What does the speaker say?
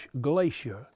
Glacier